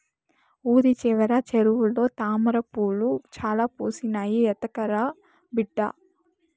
ఊరి చివర చెరువులో తామ్రపూలు చాలా పూసినాయి, ఎత్తకరా బిడ్డా